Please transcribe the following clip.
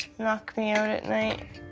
knock me out at night.